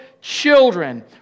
children